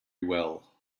well